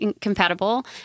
compatible